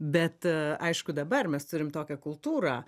bet aišku dabar mes turim tokią kultūrą